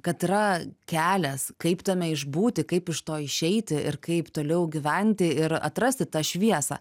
kad yra kelias kaip tame išbūti kaip iš to išeiti ir kaip toliau gyventi ir atrasti tą šviesą